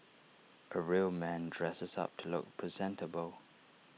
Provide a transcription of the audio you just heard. A real man dresses up to look presentable